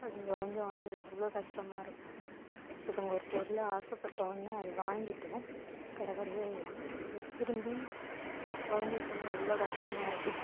அது உடைஞ்சோன்னே எவ்வளோ கஷ்டமாக இருக்கும் ஒருத்தவங்க ஒரு பொருள் ஆசைப்பட்டு வாங்குனான் அது வாங்கிட்டோம் கடை கடையாக ஏறி திரும்பி உடஞ்சிச்சினா எவ்வளோ கஷ்டமாக இருக்கும்